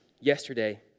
yesterday